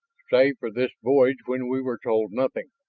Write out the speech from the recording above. save for this voyage when we were told nothing,